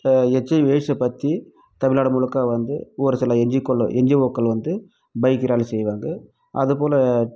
HIV எய்ட்ஸை பற்றி தமிழ்நாடு முழுக்க வந்து ஒரு சில என்ஜிக்களு என்ஜிஓக்கள் வந்து பைக் ராலி செய்வாங்கள் அதேபோல